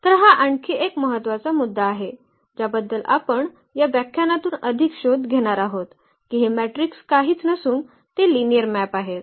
तर हा आणखी एक महत्त्वाचा मुद्दा आहे ज्याबद्दल आपण या व्याख्यानातून अधिक शोध घेणार आहोत की हे मॅट्रिक्स काहीच नसून ते लिनिअर मॅप आहेत